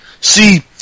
See